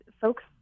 folks